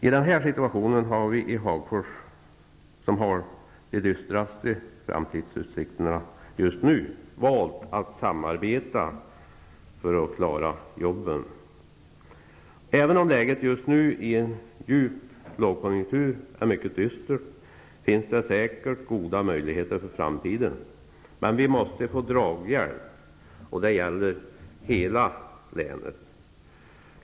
I den här situationen har vi i Hagfors, som just nu har de dystraste framtidsutsikterna, valt att samarbeta för att klara jobben. Även om läget just nu i en djup lågkonjunktur är mycket dystert finns säkert goda möjligheter för framtiden. Men vi måste få draghjälp, och det gäller hela länet.